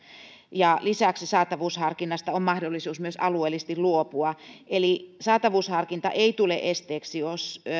ja lisäksi saatavuusharkinnasta on mahdollisuus myös alueellisesti luopua eli saatavuusharkinta ei tule esteeksi jos